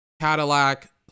Cadillac